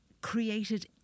created